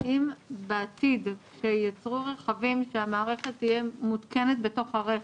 האם בעתיד כשייצרו רכבים שהמערכת תהיה מותקנת בתוכם,